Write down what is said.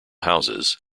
houses